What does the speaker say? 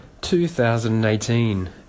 2018